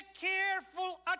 careful